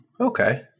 okay